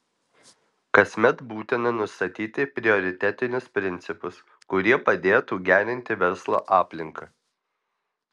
kasmet būtina nustatyti prioritetinius principus kurie padėtų gerinti verslo aplinką